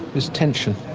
is tension.